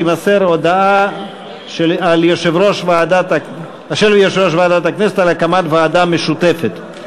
תימסר הודעה של יושב-ראש ועדת הכנסת על הקמת ועדה משותפת.